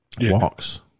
Walks